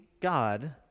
God